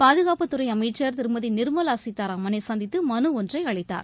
பாதுகாப்புத்துறை அமைச்சர் திருமதி நிர்மலா சீதாராமனை சந்தித்து மனு ஒன்றை அளித்தார்